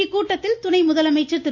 இக்கூட்டத்தில் துணை முதலமைச்சர் திரு